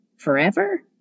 forever